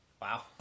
Wow